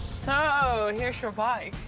so, here's your bike.